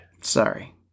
Sorry